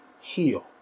heal